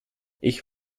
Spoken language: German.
ich